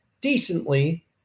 decently